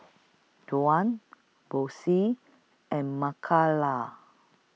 Duane Boyce and Mikayla